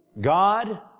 God